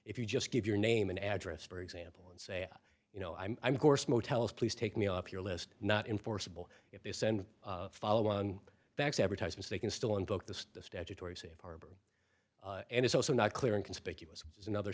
if you just give your name and address for example and say you know i'm i'm course motels please take me off your list not enforceable if they send follow on fax advertisements they can still invoke the statutory safe harbor and it's also not clear in conspicuous is another